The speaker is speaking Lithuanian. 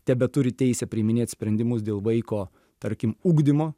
tebeturi teisę priiminėt sprendimus dėl vaiko tarkim ugdymo